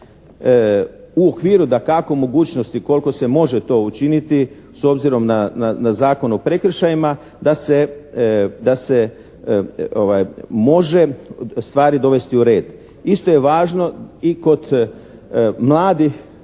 u okviru, dakako, mogućnosti koliko se može to učiniti s obzirom na Zakon o prekršajima, da se može stvari dovesti u red. Isto je važno i kod mladih